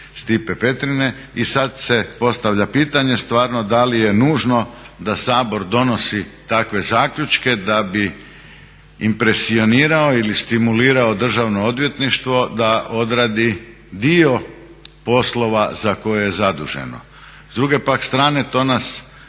Stipe Petrine. I sad se postavlja pitanje stvarno da li je nužno da Sabor donosi takve zaključke da bi impresionirao ili stimulirao Državno odvjetništvo da odradi dio poslova za koje je zaduženo. S druge pak strane to nas